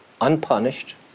unpunished